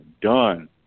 done